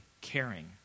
caring